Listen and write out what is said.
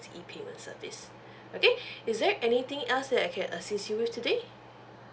E payment service okay is there anything else that I can assist you with today